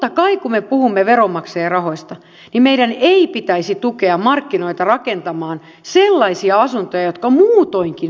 ja totta kai kun me puhumme veronmaksajien rahoista niin meidän ei pitäisi tukea markkinoita rakentamaan sellaisia asuntoja jotka muutoinkin syntyvät